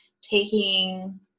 taking